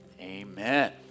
Amen